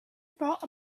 thought